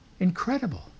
Incredible